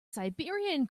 siberian